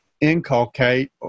inculcate